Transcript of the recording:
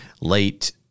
late